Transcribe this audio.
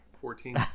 Fourteen